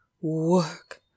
work